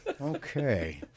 Okay